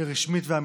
לרשמית ולאמיתית.